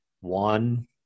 one